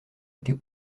été